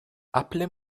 appelez